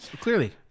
Clearly